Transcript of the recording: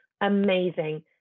amazing